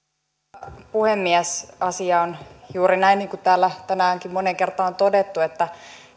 arvoisa puhemies asia on juuri näin niin kuin täällä tänäänkin moneen kertaan on todettu että